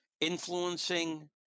influencing